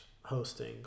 hosting